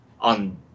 on